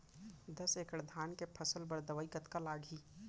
दस एकड़ धान के फसल बर दवई कतका लागही?